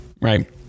Right